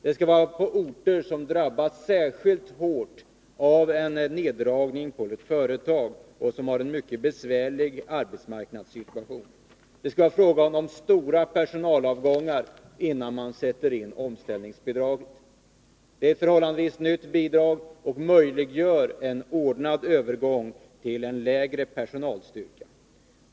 Det skall vara på orter som drabbas särskilt hårt av en nedläggning på ett företag och som har en mycket besvärlig arbetsmarknadssituation. Det skall vara fråga om stora personalavgångar innan man sätter in omställningsbidraget. Det är ett förhållandevis nytt bidrag, som möjliggör en ordnad övergång till en lägre personalstyrka.